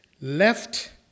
left